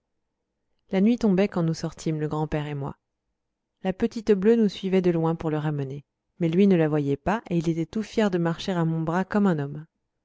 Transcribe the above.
la nuit tombait quand nous sortîmes le grand-père et moi la petite bleue nous suivait de loin pour le ramener mais lui ne la voyait pas et il était tout fier de marcher à mon bras comme un homme